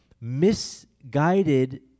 misguided